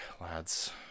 lads